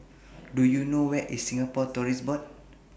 Do YOU know Where IS Singapore Tourism Board